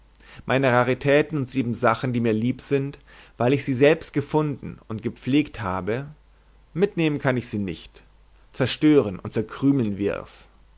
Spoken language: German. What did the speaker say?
meine raritäten und siebensachen die mir lieb sind weil ich sie selbst gefunden und gepflegt habe mitnehmen kann ich sie nicht zerstören und zerkrümeln wir's